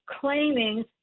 claiming